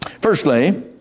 Firstly